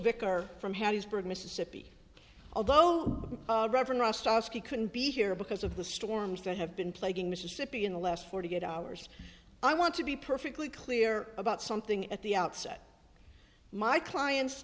vicar from harrisburg mississippi although he couldn't be here because of the storms that have been plaguing mississippi in the last forty eight hours i want to be perfectly clear about something at the outset my client